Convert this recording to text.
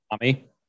Tommy